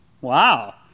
Wow